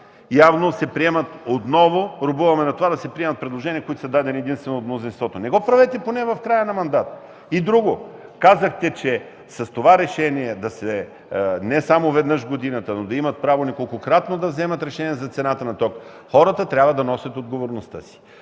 Явно се робува отново на това да се приемат предложения, които са дадени единствено от мнозинството. Не го правете поне в края на мандата! И друго, казахте, че с това решение не само веднъж в годината, но да имат право неколкократно да вземат решение за цената на тока – хората трябва да носят отговорността си,